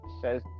Says